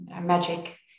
magic